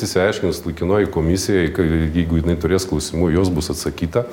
išsiaiškinus laikinojoj komisijoj jei jeigu jinai turės klausimų į juos bus atsakyta